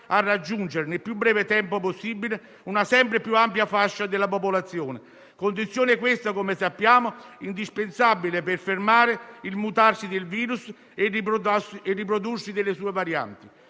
a raggiungere nel più breve tempo una sempre più ampia fascia della popolazione, condizione questa - come sappiamo - indispensabile per fermare le mutazioni del virus e il riprodursi delle sue varianti.